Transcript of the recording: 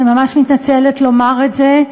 אני ממש מתנצלת לומר את זה,